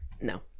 No